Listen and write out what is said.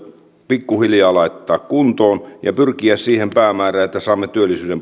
pikkuhiljaa laittaa kuntoon ja pyrkiä siihen päämäärään että saamme työllisyyden paranemaan